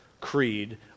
creed